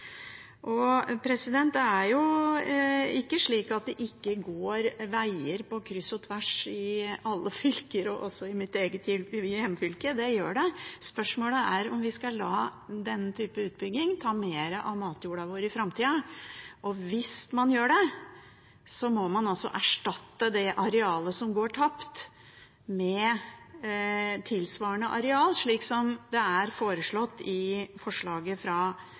Og det er jo ikke slik at det ikke går veier på kryss og tvers i alle fylker, også i mitt eget hjemfylke – det gjør det. Spørsmålet er om vi skal la denne type utbygging ta mer av matjorda vår i framtida. Og hvis man gjør det, så må man altså erstatte det arealet som går tapt, med tilsvarende areal, slik som det er foreslått